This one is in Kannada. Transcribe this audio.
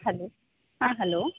ಹಲೋ ಹಾಂ ಹಲೋ